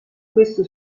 questo